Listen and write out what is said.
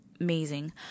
Amazing